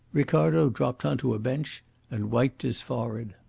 ricardo dropped on to a bench and wiped his forehead.